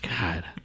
God